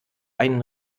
ein